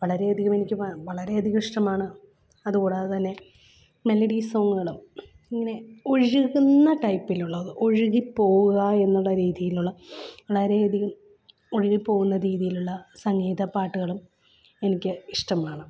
വളരെയധികമെനിക്ക് വ വളരെയധികം ഇഷ്ടമാണ് അതുകൂടാതെ തന്നെ മെലഡി സോങ്ങുകള് ഇങ്ങനെ ഒഴുകുന്ന ടൈപ്പിലുള്ള ഒഴുകിപ്പോവുക എന്നുള്ള രീതിയിലുള്ള വളരെയധികം ഒഴുകിപ്പോകുന്ന രീതിയിലുള്ള സംഗീത പാട്ടുകളും എനിക്ക് ഇഷ്ടമാണ്